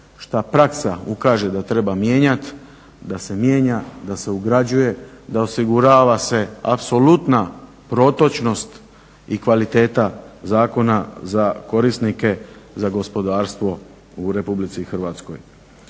šta praksa ukaže da treba mijenjat da se mijenja, da se ugrađuje, da osigurava se apsolutna protočnost i kvaliteta zakona za korisnike za gospodarstvo u Republici Hrvatskoj.